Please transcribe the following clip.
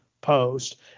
Post